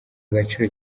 agaciro